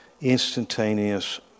instantaneous